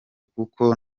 kuko